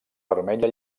vermella